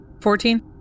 Fourteen